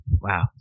Wow